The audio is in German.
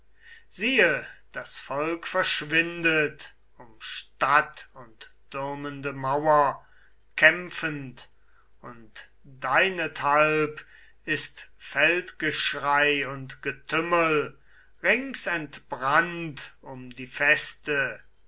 siehe das volk verschwindet um stadt und türmende mauer kämpfend und deinethalb ist feldgeschrei und getümmel rings entbrannt um die feste